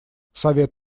совет